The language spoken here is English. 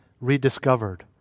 rediscovered